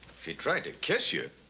she tried to kiss you?